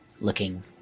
looking